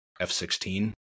f-16